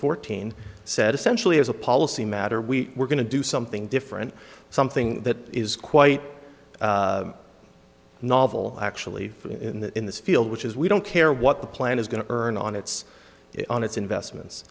fourteen said essentially as a policy matter we were going to do something different something that is quite novel actually in that in this field which is we don't care what the plan is going to earn on its on its investments